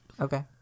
Okay